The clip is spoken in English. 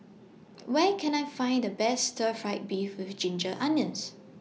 Where Can I Find The Best Stir Fried Beef with Ginger Onions